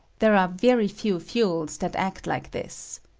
there are very few fuels that act like this.